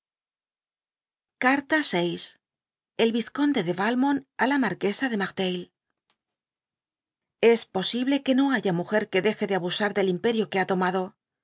el vizconde de valmont á la marquesa d merteuil es posible que no haya muger que deje de abusar del imperio que ha tomado